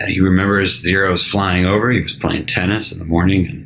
you remember zeros flying over, he was playing tennis in the morning.